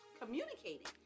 communicating